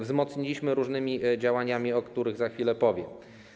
Wzmocniliśmy kampanię różnymi działaniami, o których za chwilę powiem.